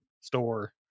store